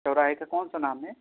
چوراہے کا کون سا نام ہے